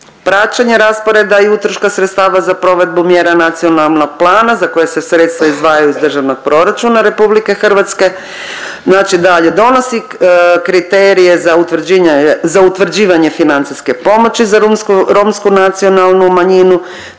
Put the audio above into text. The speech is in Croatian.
praćenje rasporeda i utroška sredstava za provedbu mjera nacionalnog plana za koje se sredstva izdvajaju iz državnog proračuna RH, znači dalje donosi kriterije za utvrđivanje financijske pomoći za romsku nacionalnu manjinu